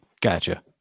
Gotcha